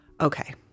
okay